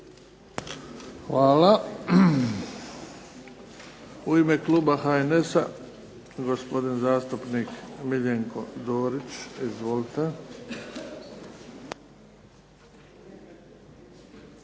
Hvala. U ime kluba HNS-a gospodin zastupnik Miljenko Dorić. Izvolite.